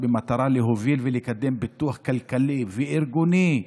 במטרה להוביל ולקדם פיתוח כלכלי וארגוני,